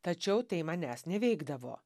tačiau tai manęs neveikdavo